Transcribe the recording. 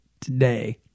today